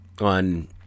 on